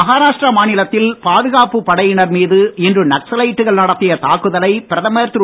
மகாராஷ்டிரா மாநிலத்தில் பாதுகாப்பு படையினர் மீது இன்று நக்சலைட்டுகள் நடத்திய தாக்குதலை பிரதமர் திரு